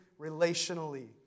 relationally